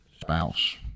spouse